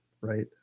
right